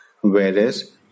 whereas